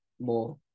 more